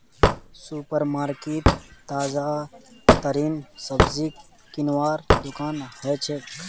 super market ताजातरीन सब्जी किनवार दुकान हछेक